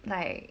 like